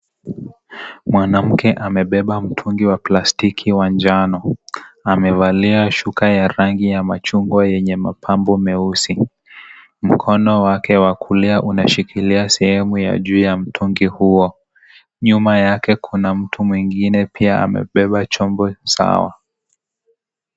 Mwanamke amebeba mtungi wa plastiki wa njano, amevalia shuka ya rangi ya machungwa yenye mapambo meusi , mkono wake wa kulia unashikilia sehemu ya juu ya mtungi huo nyuma yake kuna mtu mwingine amebeba chombo sawa.